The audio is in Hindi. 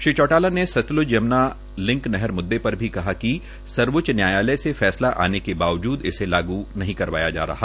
श्री चौटाला ने सत्नत यम्ना लिंक नहर मुद्दे पर कहा कि सर्वोच्च न्यायालय से फैसला आने के बावजूद इसे लागू नहीं करवाया जा रहा